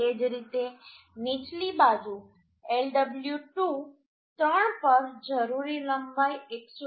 એ જ રીતે નીચલી બાજુ Lw2 3 પર જરૂરી લંબાઈ 176